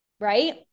right